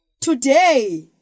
Today